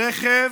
רכב